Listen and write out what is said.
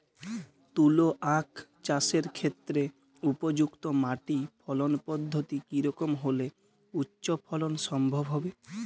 তুলো আঁখ চাষের ক্ষেত্রে উপযুক্ত মাটি ফলন পদ্ধতি কী রকম হলে উচ্চ ফলন সম্ভব হবে?